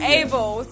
able